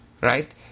Right